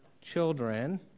children